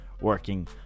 working